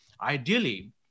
Ideally